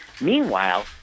meanwhile